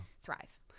thrive